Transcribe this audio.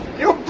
yo